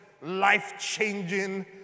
life-changing